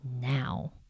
now